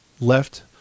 left